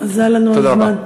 אזל לנו הזמן.